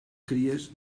cries